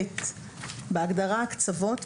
(ב)בהגדרה "הקצבות",